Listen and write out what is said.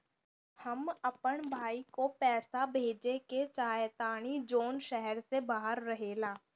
हम अपन भाई को पैसा भेजे के चाहतानी जौन शहर से बाहर रहेला